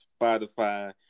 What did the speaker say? Spotify